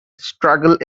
struggle